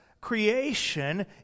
creation